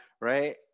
right